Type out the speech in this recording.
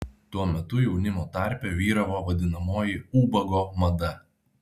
tuo metu jaunimo tarpe vyravo vadinamoji ubago mada